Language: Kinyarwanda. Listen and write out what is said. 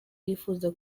yifuza